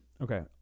Okay